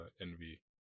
envy